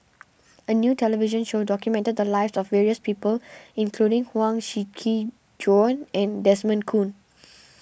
a new television show documented the lives of various people including Huang Shiqi Joan and Desmond Kon